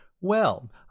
Well